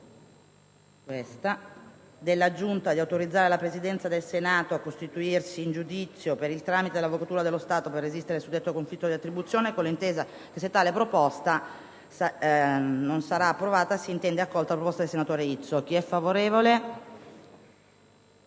delle immunità parlamentari affinché il Senato si costituisca in giudizio per il tramite dell'Avvocatura dello Stato per resistere nel suddetto conflitto di attribuzione, con l'intesa che se tale proposta non sarà approvata si intenderà accolta la proposta del senatore Izzo di conferire